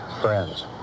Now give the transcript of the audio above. friends